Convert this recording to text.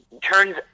turns